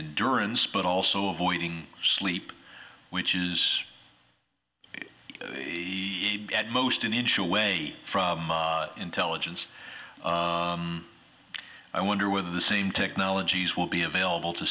in durance but also avoiding sleep which is at most an inch away from intelligence i wonder whether the same technologies will be available to